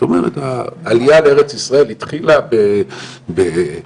העלייה בארץ ישראל התחילה בבאזל